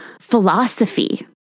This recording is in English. philosophy